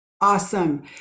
awesome